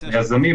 לא.